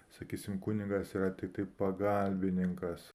sakysim kunigas yra tiktai pagalbininkas